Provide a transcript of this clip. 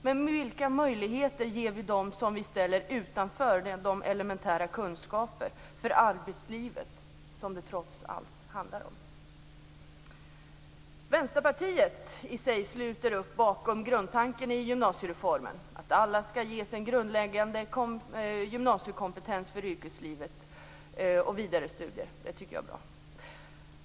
Men vilka möjligheter ger vi dem som vi ställer utanför de elementära kunskaper för arbetslivet som det trots allt handlar om? Vänsterpartiet sluter upp bakom grundtanken i gymnasiereformen, att alla skall ges en grundläggande gymnasiekompetens för yrkesliv och vidarestudier. Det tycker jag är bra.